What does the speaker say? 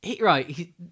right